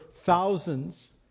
thousands